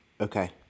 Okay